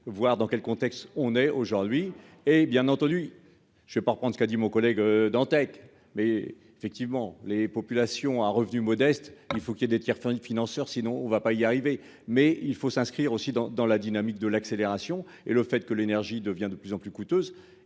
voir dans quel contexte on est aujourd'hui, et bien entendu, je ne veux pas prendre ce qu'a dit mon collègue Dantec, mais effectivement les populations à revenus modestes, il faut qu'il y ait des tirs enfin une financeurs, sinon on va pas y arriver mais il faut s'inscrire aussi dans dans la dynamique de l'accélération et le fait que l'énergie devient de plus en plus coûteuse